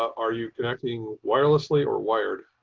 are you connecting wirelessly or wired.